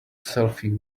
selfie